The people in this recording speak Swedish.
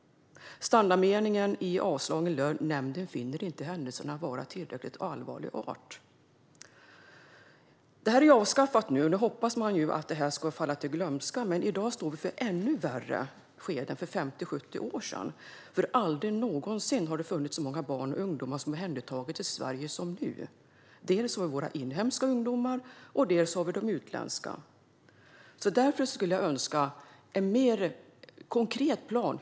Standardmeningen i avslagen löd: Nämnden finner inte händelserna vara av tillräckligt allvarlig art. Ersättningsnämnden är nu avskaffad, och man hoppas att det här ska falla i glömska. Men i dag står vi inför ett ännu värre skede än för 50-70 år sedan. Aldrig någonsin har det funnits så många barn och ungdomar som omhändertagits i Sverige som nu. Det gäller dels våra inhemska ungdomar, dels de utländska. Därför skulle jag önska en mer konkret plan.